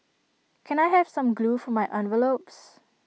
can I have some glue for my envelopes